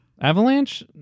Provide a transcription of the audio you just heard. avalanche